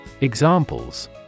Examples